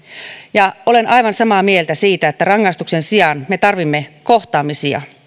ja olen aivan samaa mieltä siitä että rangaistuksen sijaan me tarvitsemme kohtaamisia